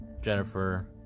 Jennifer